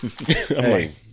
Hey